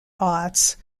arts